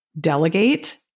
delegate